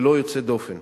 ללא יוצא דופן.